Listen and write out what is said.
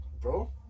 Bro